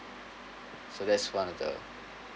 so that's one of the